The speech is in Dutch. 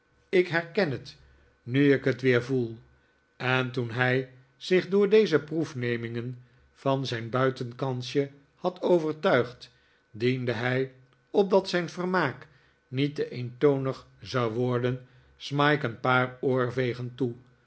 ik herken het nu ik het weer voel en toen hij zich door deze proefnemingen van zijn buitenkansje had overtuigd diende hij opdat zijn vermaak niet te eentonig zou worden smike een paar oorvegen toe